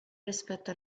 rispetto